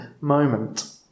moment